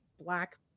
black